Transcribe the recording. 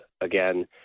again